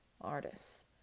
artists